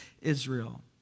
Israel